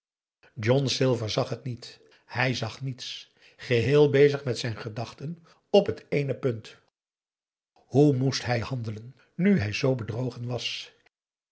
john silver zag het niet hij zag niets geheel bezig met zijn gedachten op het ééne punt hoe moest hij handelen nu hij zoo bedrogen was